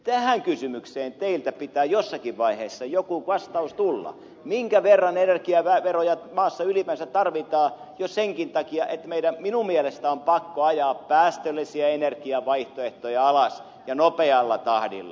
tähän kysymykseen teiltä pitää jossakin vaiheessa joku vastaus tulla minkä verran energiaveroja maassa ylipäänsä tarvitaan jo senkin takia että meidän minun mielestäni on pakko ajaa päästöllisiä energiavaihtoehtoja alas ja nopealla tahdilla